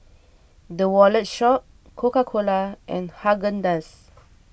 the Wallet Shop Coca Cola and Haagen Dazs